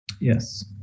Yes